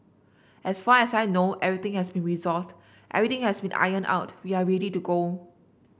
as far as I know everything has been resolved everything has been ironed out we are ready to go